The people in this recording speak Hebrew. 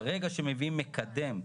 ינון,